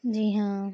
جی ہاں